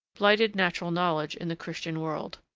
blighted natural knowledge in the christian world.